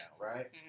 right